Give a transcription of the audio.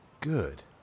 Good